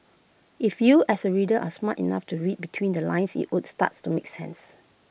if you as the reader are smart enough to read between the lines IT would starts to make sense